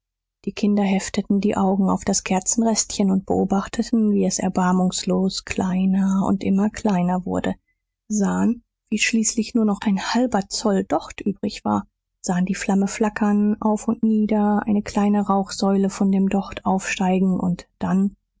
die kinder hefteten die augen auf das kerzenrestchen und beobachteten wie es erbarmungslos kleiner und immer kleiner wurde sahen wie schließlich nur noch ein halber zoll docht übrig war sahen die flamme flackern auf und nieder eine kleine rauchsäule von dem docht aufsteigen und dann